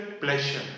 pleasure